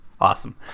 Awesome